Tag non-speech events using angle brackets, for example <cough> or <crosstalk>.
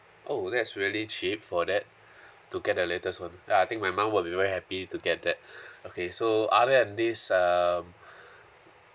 oh that is really cheap for that <breath> to get the latest one I I think my mom will be very happy to get that <breath> okay so other than this um <breath>